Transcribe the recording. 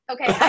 Okay